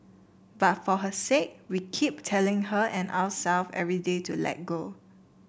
but for her sake we keep telling her and ourself every day to let go